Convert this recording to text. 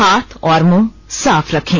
हाथ और मुंह साफ रखें